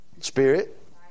spirit